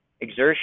exertion